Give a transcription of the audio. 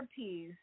therapies